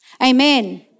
Amen